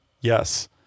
yes